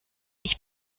ich